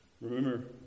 Remember